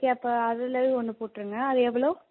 okay அப்போ அதுலையும் ஒன்று போட்ருங்க அது எவ்வளோ